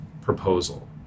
proposal